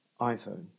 iPhone